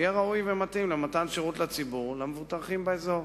שיהיה ראוי ומתאים למתן שירות לציבור המבוטחים באזור.